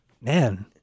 Man